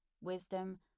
Wisdom